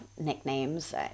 nicknames